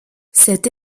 cette